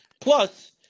Plus